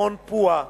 מכון פוע"ה,